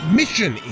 mission